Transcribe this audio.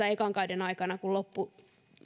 ekan kauden aikana kun loppukausi